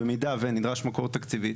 במידה ונדרש מקור תקציבי,